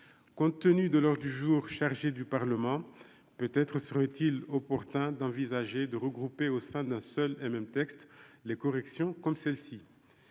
compte tenu de l'heure du jour chargé du Parlement, peut-être serait-il opportun d'envisager de regrouper au sein d'un seul et même texte les corrections, comme celle-ci,